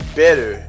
better